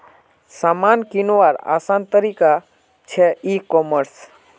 सामान किंवार आसान तरिका छे ई कॉमर्स